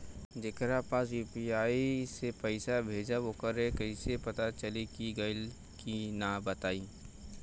जेकरा पास यू.पी.आई से पईसा भेजब वोकरा कईसे पता चली कि गइल की ना बताई?